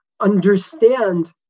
understand